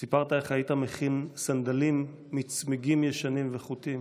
סיפרת איך היית מכין סנדלים מצמיגים ישנים וחוטים.